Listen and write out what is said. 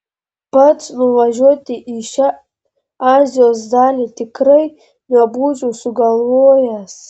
pats nuvažiuoti į šią azijos dalį tikrai nebūčiau sugalvojęs